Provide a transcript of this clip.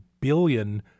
billion